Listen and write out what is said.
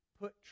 put